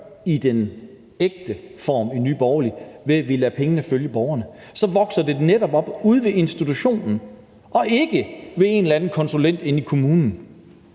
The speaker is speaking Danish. i den ægte form i Nye Borgerlige, ved at vi lader pengene følge borgerne. Så vokser det netop op ude på institutionen og ikke hos en eller anden konsulent inde i kommunen.